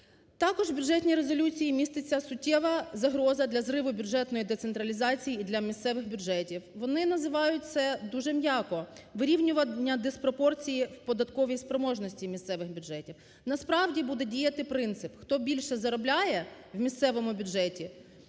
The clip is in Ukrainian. Також в Бюджетній резолюції міститься суттєва загроза для зриву бюджетної децентралізації і для місцевих бюджетів. Вони називають це дуже м'яко: вирівнювання диспропорцій в податковій спроможності місцевих бюджетів. Насправді буде діяти принцип: хто більше заробляє в місцевому бюджеті,